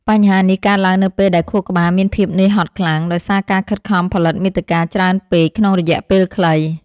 បញ្ហានេះកើតឡើងនៅពេលដែលខួរក្បាលមានភាពនឿយហត់ខ្លាំង ដោយសារការខិតខំផលិតមាតិកាច្រើនពេកក្នុងរយៈពេលខ្លី។